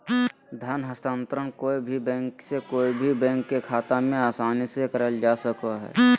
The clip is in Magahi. धन हस्तान्त्रंण कोय भी बैंक से कोय भी बैंक के खाता मे आसानी से करल जा सको हय